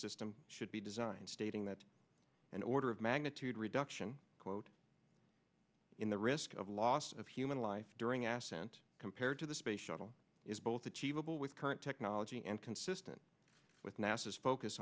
system should be designed stating that an order of magnitude reduction quote in the risk of loss of human life during ass sent compared to the space shuttle is both achievable with current technology and consistent with nasa is focus